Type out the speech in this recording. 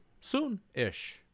soon-ish